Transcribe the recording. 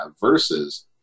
versus